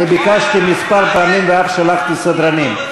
אני ביקשתי כמה פעמים ואף שלחתי סדרנים.